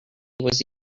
was